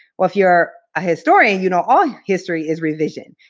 well, if you're a historian, you know, all history is revision,